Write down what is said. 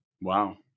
Wow